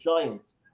Giants